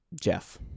Jeff